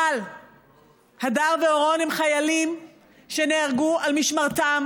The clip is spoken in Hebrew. אבל הדר ואורון הם חיילים שנהרגו על משמרתם